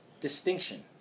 distinction